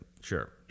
sure